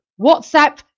WhatsApp